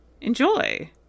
Enjoy